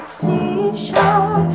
seashore